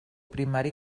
primari